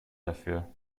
dafür